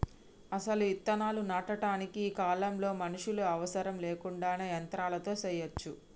అసలు ఇత్తనాలు నాటటానికి ఈ కాలంలో మనుషులు అవసరం లేకుండానే యంత్రాలతో సెయ్యచ్చు